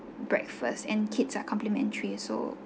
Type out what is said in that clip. breakfast and kids are complementary so